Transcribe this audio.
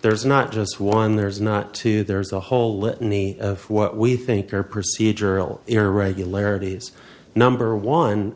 there's not just one there's not two there's a whole litany of what we think are procedural irregularities number one